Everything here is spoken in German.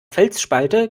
felsspalte